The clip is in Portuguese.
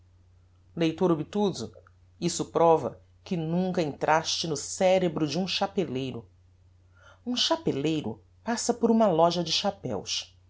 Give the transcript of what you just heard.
leitor obtuso isso prova que nunca entraste no cerebro de um chapeleiro um chapeleiro passa por uma loja de chapeus